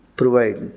provide